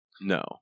No